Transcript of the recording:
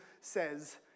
says